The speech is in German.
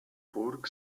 burg